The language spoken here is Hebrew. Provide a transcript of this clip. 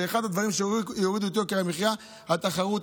זה אחד הדברים שיורידו את יוקר המחיה, התחרות.